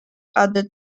added